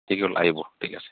ঠিকে হ'ল আহিব ঠিক আছে